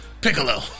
Piccolo